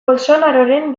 bolsonaroren